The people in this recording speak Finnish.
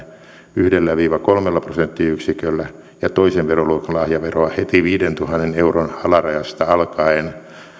yhdellä viiva kolmella prosenttiyksiköllä ja toisen veroluokan lahjaveroa heti viidentuhannen euron alarajasta alkaen